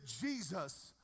Jesus